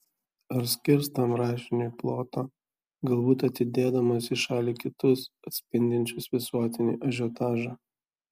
ar skirs tam rašiniui ploto galbūt atidėdamas į šalį kitus atspindinčius visuotinį ažiotažą